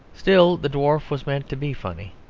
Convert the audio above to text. still, the dwarf was meant to be funny.